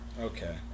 Okay